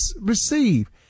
receive